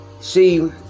See